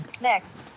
Next